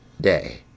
day